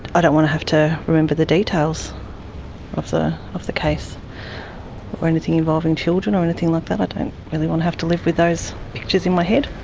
i don't want to have to remember the details of the of the case or anything involving children, or anything like that. i don't really want to live with those pictures in my head.